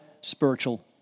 spiritual